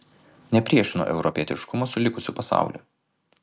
nepriešinu europietiškumo su likusiu pasauliu